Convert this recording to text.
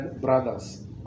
brothers